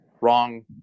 wrong